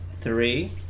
three